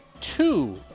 two